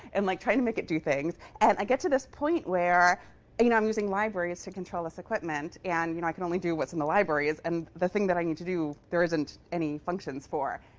and like trying to make it do things. and i get to this point where you know i'm using libraries to control this equipment. and you know i can only do what's in the libraries, and the thing that i need to do, there isn't any functions for.